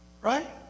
right